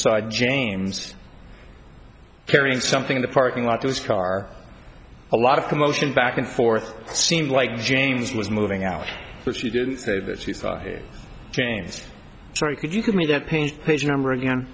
sighed james carrying something in the parking lot to his car a lot of commotion back and forth seemed like james was moving out but she didn't know that she thought here james sorry could you give me that pain page number again